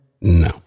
No